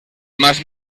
más